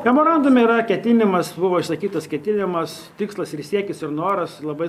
memorandume yra ketinimas buvo išsakytas ketinimas tikslas ir siekis ir noras labai